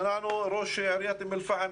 שמענו את ראש עיריית אום אל פאחם